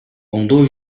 оңдоо